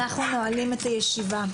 אנחנו נועלים את הישיבה.